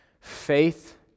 faith